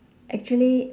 actually